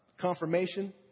confirmation